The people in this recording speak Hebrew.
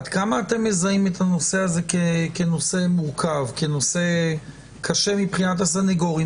עד כמה אתם מזהים את הנושא הזה כנושא מורכב וקשה מבחינת הסנגורים?